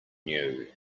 new